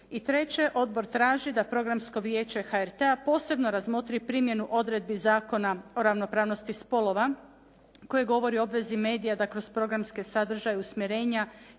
i treće odbor traži da Programsko vijeće HRT-a posebno razmotri primjenu odredbi Zakona o ravnopravnosti spolova koji govori o obvezi medija da kroz programske sadržaje i usmjerenja